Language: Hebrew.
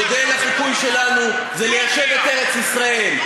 מודל החיקוי שלנו זה ממשלת ארץ-ישראל,